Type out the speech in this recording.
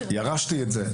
וירשתי את זה.